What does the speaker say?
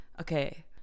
okay